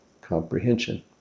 comprehension